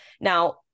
Now